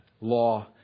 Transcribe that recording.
law